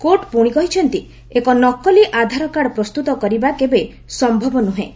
court ପୁଣି କହିଛନ୍ତି ଏକ ନକଲି ଆଧାର କାର୍ଡ଼ ପ୍ରସ୍ତୁତ କରିବା କେବେ ସମ୍ଭବ ନୁହେଁ